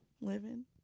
living